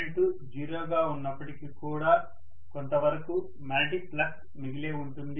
current zero గా ఉన్నప్పటికీ కూడా కొంత వరకు మాగ్నెటిక్ ఫ్లక్స్ మిగిలే ఉంటుంది